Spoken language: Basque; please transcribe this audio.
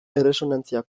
erresonantzia